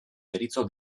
deritzo